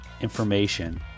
information